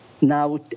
now